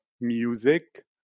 music